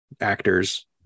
actors